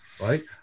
right